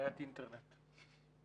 (בעיית אינטרנט, הדובר בזום)